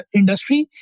industry